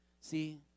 See